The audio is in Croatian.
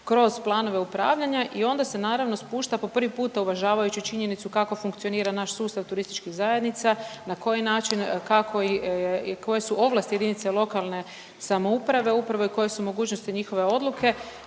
kroz planove upravljanja i onda se naravno spušta po prvi puta uvažavajući činjenicu kako funkcionira naš sustav turističkih zajednica, na koji način, kako i koje su ovlasti JLS, upravo koje su mogućnosti njihove odluke,